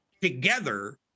together